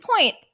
point